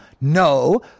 No